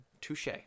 Touche